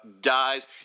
dies